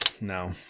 no